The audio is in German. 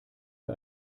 wir